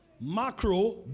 Macro